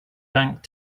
bank